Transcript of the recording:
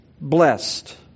blessed